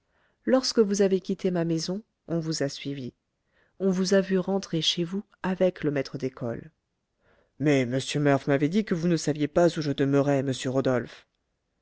lorsque vous avez quitté ma maison on vous a suivi on vous a vu rentrer chez vous avec le maître d'école mais m murph m'avait dit que vous ne saviez pas où je demeurais monsieur rodolphe